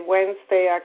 Wednesday